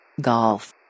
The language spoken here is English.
Golf